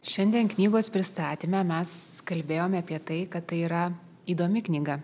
šiandien knygos pristatyme mes kalbėjome apie tai kad tai yra įdomi knyga